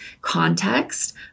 context